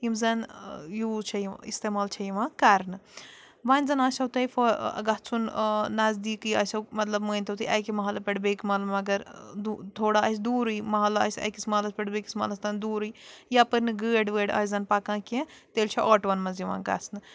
یِم زَن یوٗز چھےٚ یِو اِستعمال چھےٚ یِوان کَرنہٕ وۄنۍ زَن آسیو تۄہہِ گژھُن نَذدیٖکٕے آسیو مطلب مٲنۍتو تُہۍ اَکہِ مَحلہٕ پٮ۪ٹھ بیٚکۍ مَحلہٕ مگر دو تھوڑا آسہِ دوٗرٕے مَحلہٕ آسہِ أکِس محلَس پٮ۪ٹھ بیٚیہِ کِس محلَس تام دوٗرٕے یَپٲرۍ نہٕ گٲڑۍ وٲڑۍ آسہِ زَن پَکان کیٚنٛہہ تیٚلہِ چھُ آٹُوَن منٛز یِوان گژھنہٕ